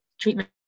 treatment